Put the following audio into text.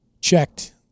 checked